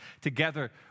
together